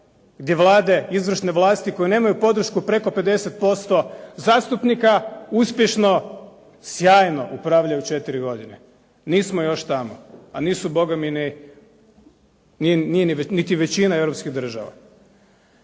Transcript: gdje vlade izvršne vlasti koje nemaju podršku preko 50% zastupnika uspješno sjajno upravljaju četiri godine. Nismo još tamo a nisu bogami, nije niti većina europskih država.